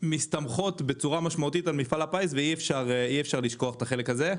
מסתמכות בצורה משמעותית על מפעל הפיס ואי אפשר לשכוח את החלק הזה.